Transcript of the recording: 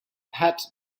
pat